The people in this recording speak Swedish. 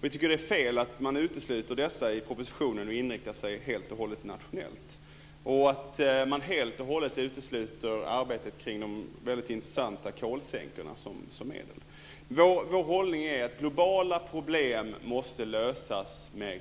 Vi tycker att det är fel att man utesluter dessa i propositionen och inriktar sig helt och hållet på det nationella. Man utesluter också helt arbetet med de intressanta kolsänkorna som medel. Vår hållning är att globala problem måste lösas med